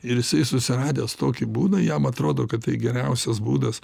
ir jisai susiradęs tokį būdą jam atrodo kad tai geriausias būdas